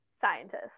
scientists